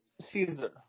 Caesar